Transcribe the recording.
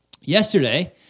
yesterday